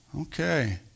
okay